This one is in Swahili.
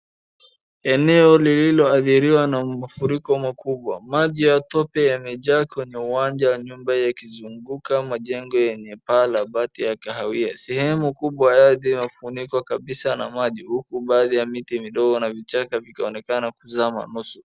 Eneno lililoadhiriwa na mafuriko makubwa, maji ya tope yamejaa kwenye uwanja ya nyumba yakizunguka majengo yenye paa la bati ya kahawia. Sehemu kubwa ya ardhi imefunikwa kabisa na maji huku baadhi ya miti midogo na vichaka vikionekana vikizama.